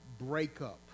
breakup